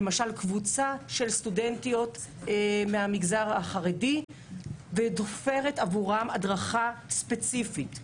קבוצה של סטודנטיות מהמגזר החרדי ותופרת עבורן הדרכה ספציפית.